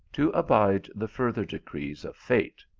to abide the further de crees of fate.